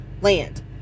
land